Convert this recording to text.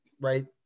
right